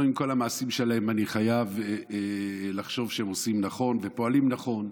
לא על כל המעשים שלהם אני חייב לחשוב שהם עושים נכון ופועלים נכון,